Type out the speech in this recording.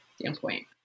standpoint